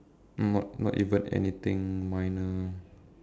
not not even anything minor